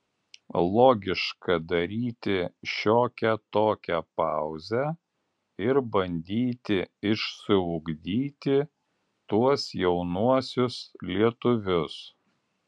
logiška daryti šiokią tokią pauzę ir bandyti išsiugdyti tuos jaunuosius lietuvius